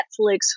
Netflix